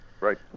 Right